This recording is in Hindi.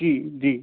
जी जी